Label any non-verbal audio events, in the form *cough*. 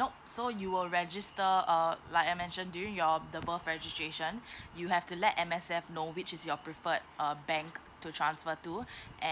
no so you will register err like I mention during your the birth registration *breath* you have to let M_S_F know which is your preferred uh bank to transfer to